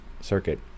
circuit